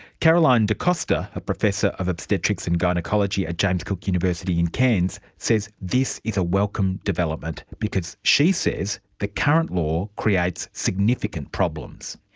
caroline de costa, a professor of obstetrics and gynaecology at james cook university in cairns, says this a welcome development because she says the current law creates significant problems.